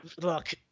look